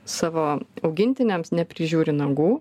savo augintiniams neprižiūri nagų